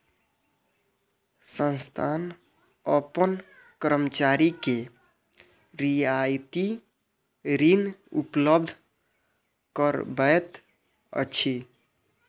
संस्थान अपन कर्मचारी के रियायती ऋण उपलब्ध करबैत अछि